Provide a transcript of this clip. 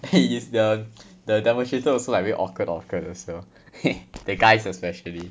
it's the the demonstrator also like very awkward awkward also the guys especially